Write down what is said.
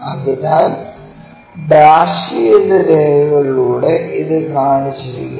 അതിനാൽ ഡാഷ് ചെയ്ത രേഖകളിലൂടെ ഇത് കാണിച്ചിരിക്കുന്നു